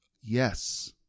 yes